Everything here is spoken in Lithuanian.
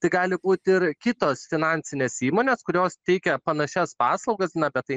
tai gali būt ir kitos finansinės įmonės kurios teikia panašias paslaugas na bet tai